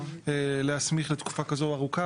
להסמיך לתקופה כזו ארוכה,